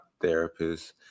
therapists